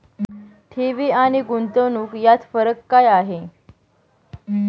ठेवी आणि गुंतवणूक यात फरक काय आहे?